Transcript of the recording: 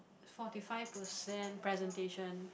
forty five percent presentation